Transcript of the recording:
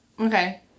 Okay